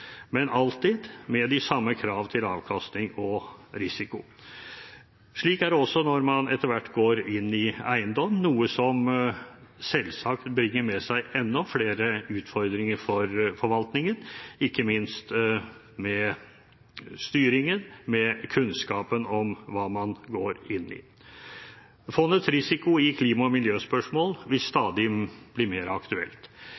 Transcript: men alltid med de samme krav til avkastning og risiko. Slik er det også når man etter hvert går inn i eiendom, noe som selvsagt bringer med seg enda flere utfordringer for forvaltningen, ikke minst med styringen med kunnskapen om hva man går inn i. Fondets risiko i klima- og miljøspørsmål vil stadig bli mer aktuelt.